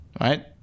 right